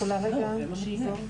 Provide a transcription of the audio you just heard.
אוקי, ענבל.